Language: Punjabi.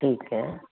ਠੀਕ ਹੈ